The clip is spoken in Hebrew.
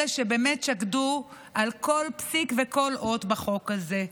אלה שבאמת שקדו על כל פסיק וכל אות בחוק הזה.